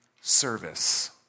service